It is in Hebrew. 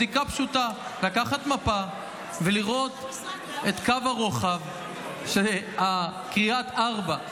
בדיקה פשוטה: לקחת מפה ולראות את קו הרוחב של קריית ארבע,